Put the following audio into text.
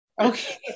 Okay